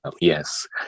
Yes